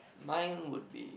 mine would be